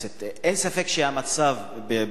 אין ספק שהמצב בדרום